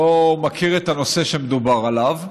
לא מכיר את הנושא שמדובר עליו.